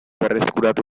berreskuratu